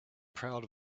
proud